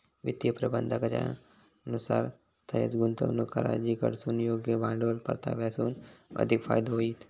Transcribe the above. वित्तीय प्रबंधाकाच्या नुसार थंयंच गुंतवणूक करा जिकडसून योग्य भांडवल परताव्यासून अधिक फायदो होईत